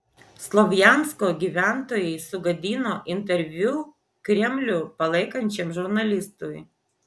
slovjansko gyventojai sugadino interviu kremlių palaikančiam žurnalistui